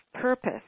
purpose